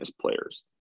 players